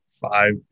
five